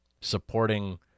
supporting